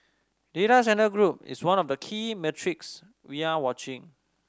data centre group is one of the key metrics we are watching